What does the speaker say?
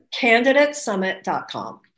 candidatesummit.com